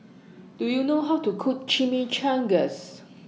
Do YOU know How to Cook Chimichangas